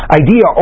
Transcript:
idea